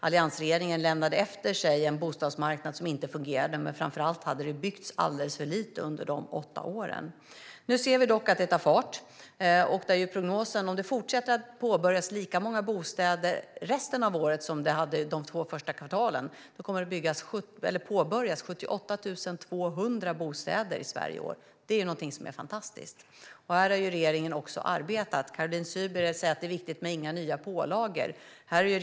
Alliansregeringen lämnade efter sig en bostadsmarknad som inte fungerade. Framför allt hade det byggts alldeles för lite under de åtta åren. Nu ser vi dock att det tar fart. Om det påbörjas lika många bostäder resten av året som under de två första kvartalen kommer det att ha påbörjats 78 200 bostäder i Sverige i år. Det är fantastiskt. Här har regeringen arbetat. Caroline Szyber säger att det är viktigt att det inte blir några nya pålagor.